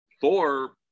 Thor